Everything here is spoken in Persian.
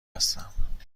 هستم